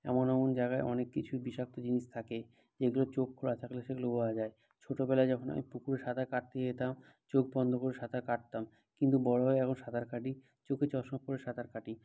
এমন এমন জায়গায় অনেক কিছুই বিষাক্ত জিনিস থাকে যেগুলো চোখ খোলা থাকলে সেগুলো বোঝা যায় ছোটবেলায় যখন আমি পুকুরে সাঁতার কাটতে যেতাম চোখ বন্ধ করে সাঁতার কাটতাম কিন্তু বড় হয়ে এখন সাঁতার কাটি চোখে চশমা পরে সাঁতার কাটি